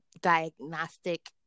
diagnostic